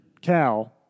Cal